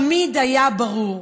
תמיד היה ברור